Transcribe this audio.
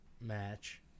match